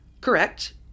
Correct